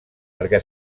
perquè